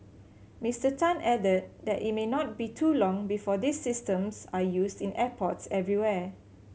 Mister Tan added that it may not be too long before these systems are used in airports everywhere